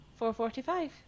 445